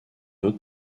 autre